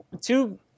two